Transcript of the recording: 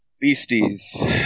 beasties